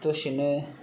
दसेनो